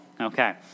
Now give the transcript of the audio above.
Okay